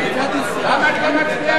למה את לא מצביעה,